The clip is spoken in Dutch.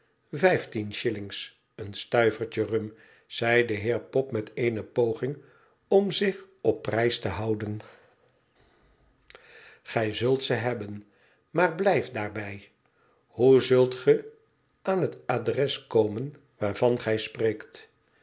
vijftien shillings een stuivertje rum zei de heer pop met eene poging om zich op pnjs te houden gij zult ze hebben maar blijf daar bij hoe zult ge aan het adres komen waarvan gij spreekt